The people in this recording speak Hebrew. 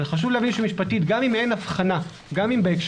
אבל חשוב להבין שמשפטית גם אם אין הבחנה נגיד